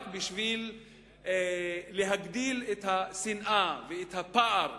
רק כדי להגדיל את השנאה והפער